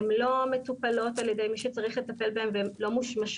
הן לא מטופלות על ידי מי שצריך לטפל בהם והן לא מושמשות